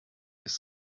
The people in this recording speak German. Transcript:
ist